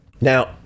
Now